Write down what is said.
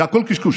זה הכול קשקוש.